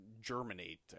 germinate